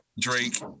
Drake